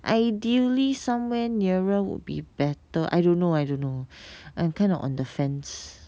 ideally somewhere nearer would be better I don't know I don't know I'm kind of on the fence